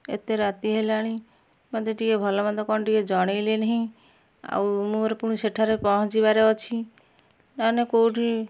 ଏତେ ରାତି ହେଲାଣି ମୋତେ ଟିକେ ଭଲ ମନ୍ଦ କ'ଣ ଟିକେ ଜଣେଇଲେନି ଆଉ ମୋର ପୁଣି ସେଠାରେ ପାହଞ୍ଚିବାରେ ଆଛି ନହେନେ କେଉଁଠି